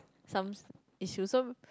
some issues so